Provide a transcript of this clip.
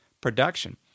production